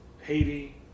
Haiti